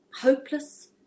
hopeless